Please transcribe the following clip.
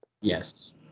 Yes